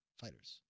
fighters